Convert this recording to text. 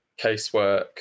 casework